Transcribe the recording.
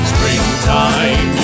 Springtime